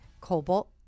Cobalt